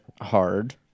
hard